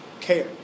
care